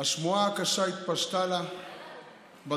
השמועה הקשה התפשטה לה בדרום